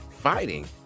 fighting